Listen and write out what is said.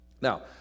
Now